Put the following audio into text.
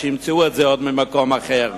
שימצאו את זה במקום אחר.